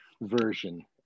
version